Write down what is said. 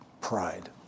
pride